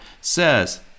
says